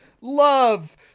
love